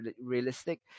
realistic